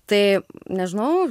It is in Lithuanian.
tai nežinau